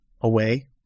away